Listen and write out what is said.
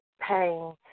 pain